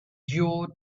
your